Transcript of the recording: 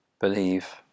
believe